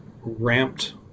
ramped